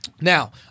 now